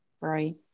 Right